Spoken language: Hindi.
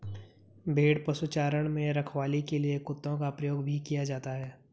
भेड़ पशुचारण में रखवाली के लिए कुत्तों का प्रयोग भी किया जाता है